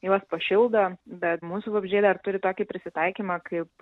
juos pašildo bet mūsų vabzdžiai dar turi tokį prisitaikymą kaip